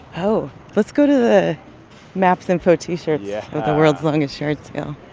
oh. let's go to the maps, info, t-shirts. yeah. of the world's longest yard sale